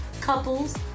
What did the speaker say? couples